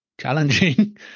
challenging